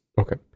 Okay